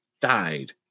died